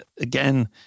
again